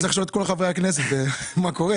צריך לשאול את כל חברי הכנסת מה קורה,